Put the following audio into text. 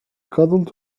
cuddled